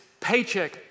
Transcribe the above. paycheck